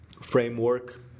framework